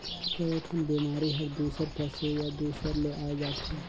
कयोठन बेमारी हर दूसर पसु या दूसर ले आये जाथे